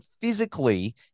physically